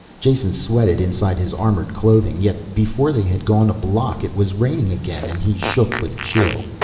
jason sweated inside his armored clothing. yet before they had gone a block it was raining again and he shook with chill.